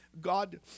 God